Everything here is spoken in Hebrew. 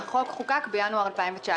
החוק פורסם ב-9.1.2019.